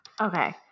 Okay